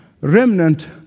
remnant